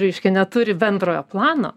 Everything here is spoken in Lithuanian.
reiškia neturi bendrojo plano